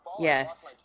Yes